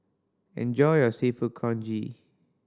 enjoy your Seafood Congee